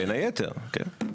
בין היתר, כן.